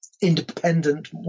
independent